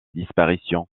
disparition